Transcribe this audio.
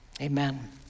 Amen